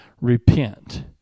Repent